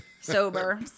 sober